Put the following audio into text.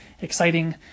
exciting